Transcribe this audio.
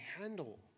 handle